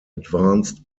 advanced